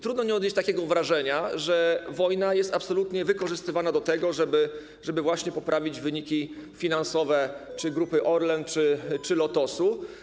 Trudno nie odnieść takiego wrażenia, że wojna jest absolutnie wykorzystywana do tego, żeby właśnie poprawić wyniki finansowe czy Grupy Orlen, czy Lotosu.